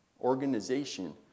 organization